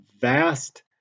vast